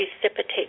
precipitate